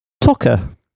Tucker